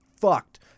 fucked